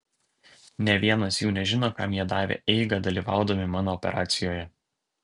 nė vienas jų nežino kam jie davė eigą dalyvaudami mano operacijoje